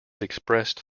expressed